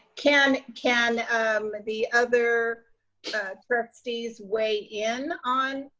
can can the other trustees weigh in on